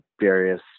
various